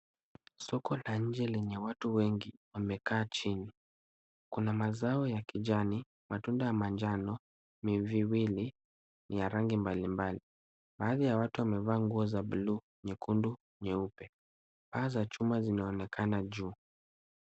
Soko la nje lenye watu wengi wamekaa chini. Kuna mazao ya kijani, matunda ya manjano, miviwili ni ya rangi mbalimbali. Baadhi ya watu wamevaa nguo za buluu, nyekundu, nyeupe. Paa za chuma zinaonekana juu.